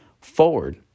forward